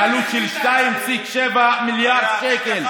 בעלות של 2.7 מיליארד שקלים.